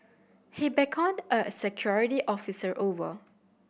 he beckoned a security officer over